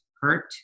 hurt